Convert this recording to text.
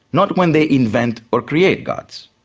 not when they invent or create gods.